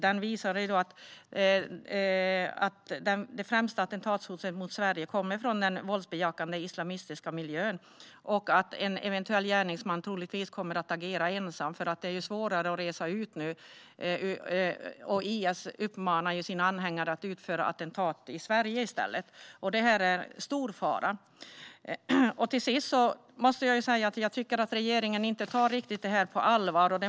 Den visar att det främsta attentatshotet mot Sverige kommer från den våldsbejakande islamistiska miljön och att en eventuell gärningsman troligtvis kommer att agera ensam. Det har ju blivit svårare att resa ut, och IS uppmanar sina anhängare att i stället utföra attentat i Sverige. Detta är en stor fara. Jag tycker inte att regeringen tar det här riktigt på allvar.